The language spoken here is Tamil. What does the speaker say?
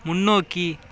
முன்னோக்கி